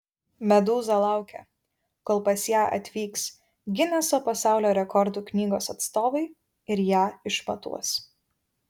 medūza laukia kol pas ją atvyks gineso pasaulio rekordų knygos atstovai ir ją išmatuos